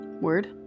Word